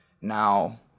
Now